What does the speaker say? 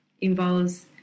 involves